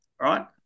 right